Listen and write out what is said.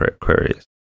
queries